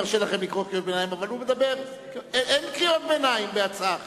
אבל הוא מדבר ואין קריאות ביניים בהצעה אחרת.